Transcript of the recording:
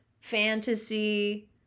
fantasy